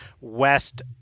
West